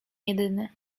jedyny